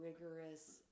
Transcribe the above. rigorous